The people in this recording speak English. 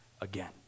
again